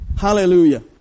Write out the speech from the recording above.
Hallelujah